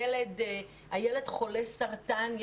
הילד חולה סרטן,